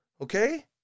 Okay